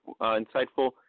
insightful